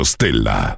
Stella